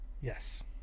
Yes